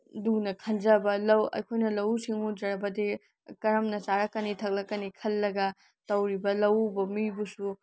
ꯂꯨꯅ ꯈꯟꯖꯕ ꯂꯧ ꯑꯩꯈꯣꯏꯅ ꯂꯧꯎ ꯁꯤꯡꯎꯗ꯭ꯔꯕꯗꯤ ꯀꯔꯝꯅ ꯆꯥꯔꯛꯀꯅꯤ ꯊꯛꯂꯛꯀꯅꯤ ꯈꯜꯂꯒ ꯇꯧꯔꯤꯕ ꯂꯧꯎꯕ ꯃꯤꯕꯨꯁꯨ